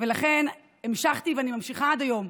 לכן המשכתי, ואני ממשיכה עד היום.